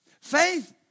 Faith